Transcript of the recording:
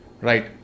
Right